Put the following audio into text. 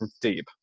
deep